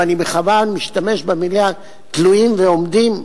ואני בכוונה משתמש במלים "תלויים ועומדים",